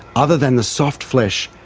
other than the soft flesh,